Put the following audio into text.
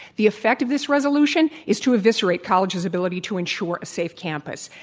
the effect of this resolution is to eviscerate colleges' ability to insure a safe campus.